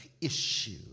issue